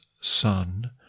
son